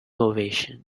ovation